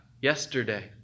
yesterday